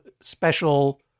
special